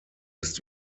ist